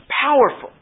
powerful